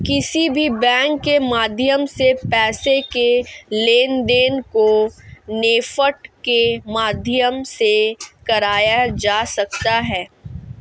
किसी भी बैंक के माध्यम से पैसे के लेनदेन को नेफ्ट के माध्यम से कराया जा सकता है